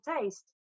taste